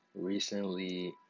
Recently